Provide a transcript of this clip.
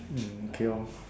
um okay lor